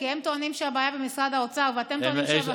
כי הם טוענים שהבעיה במשרד האוצר ואתם טוענים שהבעיה,